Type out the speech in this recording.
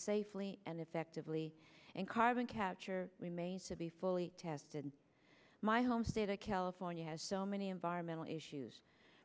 safely and effectively and carbon capture remains to be fully tested my home state of california has so many environmental issues